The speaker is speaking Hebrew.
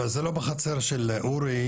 זה לא בחצר של אורי,